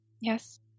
Yes